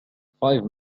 five